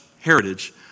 heritage